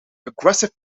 aggressive